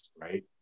right